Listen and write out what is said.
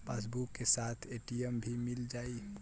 Passbook के साथ ATM भी मील जाई?